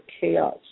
chaos